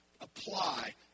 apply